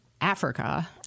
Africa